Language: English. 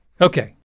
Okay